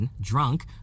Drunk